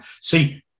See